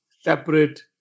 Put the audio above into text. separate